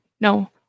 no